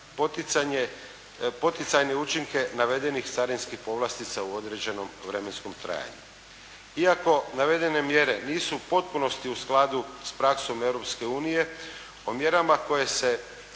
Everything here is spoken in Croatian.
poticajne učinke navedenih carinskih povlastica u određenom vremenskom trajanju. Iako navedene mjere nisu u potpunosti u skladu s praksom Europske unije o mjerama koje ne